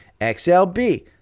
XLB